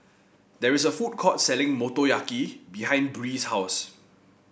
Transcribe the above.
there is a food court selling Motoyaki behind Bree's house